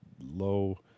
low